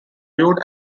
viewed